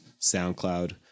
SoundCloud